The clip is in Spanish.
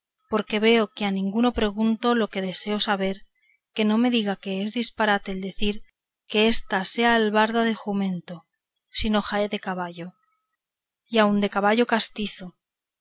porque veo que a ninguno pregunto lo que deseo saber que no me diga que es disparate el decir que ésta sea albarda de jumento sino jaez de caballo y aun de caballo castizo